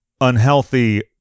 unhealthy